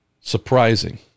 surprising